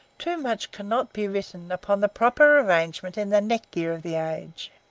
too much cannot be written upon the proper arrangement in the neck-gear of the aged.